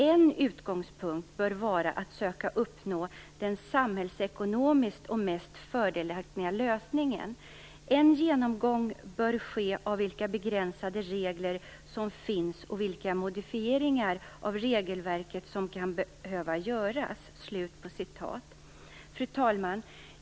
En utgångspunkt bör vara att söka uppnå den samhällsekonomiskt mest fördelaktiga lösningen. En genomgång bör ske av vilka begränsade regler som finns och vilka modifieringar av regelverket som kan behöva göras. Fru talman!